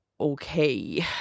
Okay